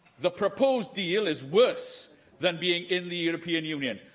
the proposed deal is worse than being in the european union.